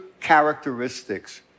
characteristics